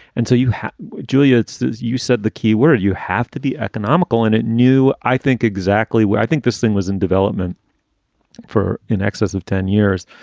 and so you have julia, it's, as you said, the key word. you have to be economical in it new. i think exactly where i think this thing was in development for in excess of ten years.